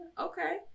Okay